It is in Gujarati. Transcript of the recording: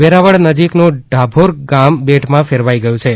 વેરાવળ નજીકનું ડોભોર ગામ બેટમાં ફેરવાઇ ગયું છે